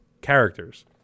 characters